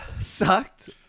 Sucked